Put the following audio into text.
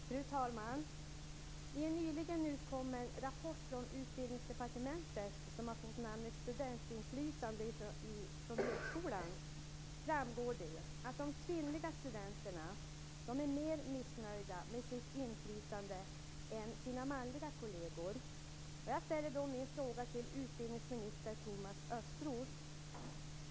Fru talman! I en nyligen utkommen rapport från Utbildningsdepartementet, som har fått namnet Studentinflytande i högskolan, framgår det att de kvinnliga studenterna är mer missnöjda med sitt inflytande än sina manliga kolleger.